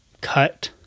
cut